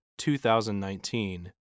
2019